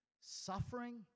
suffering